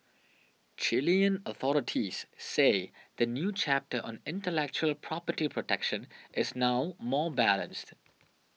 Chilean authorities say the new chapter on intellectual property protection is now more balanced